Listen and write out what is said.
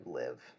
live